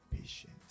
Patient